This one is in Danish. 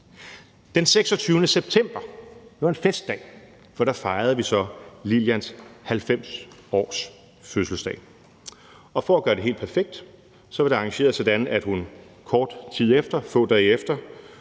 Den 26. september var en festdag, for der fejrede vi så Lillians 90 års fødselsdag, og for at gøre det helt perfekt var det arrangeret sådan, at hun få dage efter